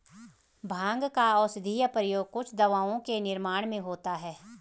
भाँग का औषधीय प्रयोग कुछ दवाओं के निर्माण में होता है